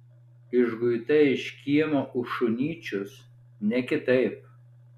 išguita iš kieno kiemo už šunyčius ne kitaip